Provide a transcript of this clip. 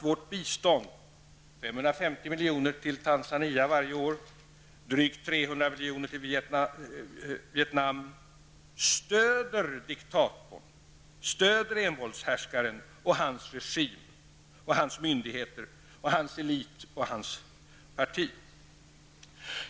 Vårt bistånd -- 550 milj.kr. till Tanzania varje år, drygt 300 milj.kr. till Vietnam -- stöder landets diktator eller envåldshärskare och hans regim, hans myndigheter, hans elit och hans parti.